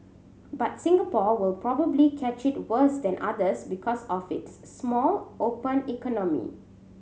but Singapore will probably catch it worse than others because of its small open economy